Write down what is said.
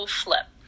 flip